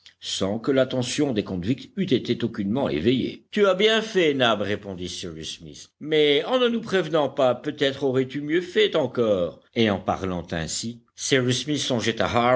sans que l'attention des convicts eût été aucunement éveillée tu as bien fait nab répondit cyrus smith mais en ne nous prévenant pas peut-être aurais-tu mieux fait encore et en parlant ainsi